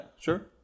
sure